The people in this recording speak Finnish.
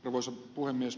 arvoisa puhemies